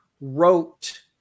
wrote